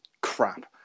crap